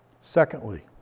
Secondly